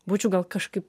būčiau gal kažkaip